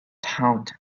thought